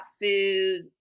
food